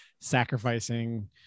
sacrificing